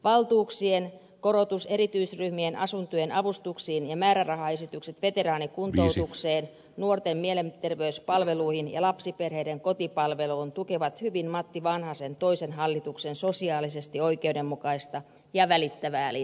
valtuuksien korotus erityisryhmien asuntojen avustuksiin ja määrärahaesitykset veteraanikuntoutukseen nuorten mielenterveyspalveluihin ja lapsiperheiden kotipalveluun tukevat hyvin matti vanhasen toisen hallituksen sosiaalisesti oikeudenmukaista ja välittävää eli